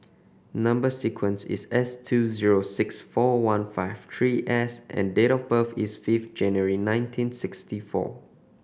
number sequence is S two zero six four one five three S and date of birth is fifth January nineteen sixty four